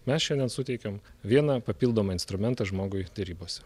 mes šiandien suteikėm vieną papildomą instrumentą žmogui derybose